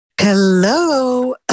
Hello